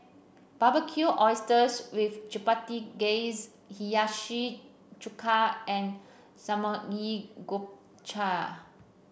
Barbecued Oysters with Chipotle Glaze Hiyashi Chuka and Samgeyopsal